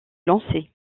lancer